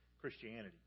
Christianity